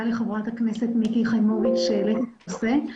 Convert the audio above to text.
לחה"כ מיקי חיימוביץ' שהעלאת את הנושא.